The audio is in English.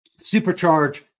supercharge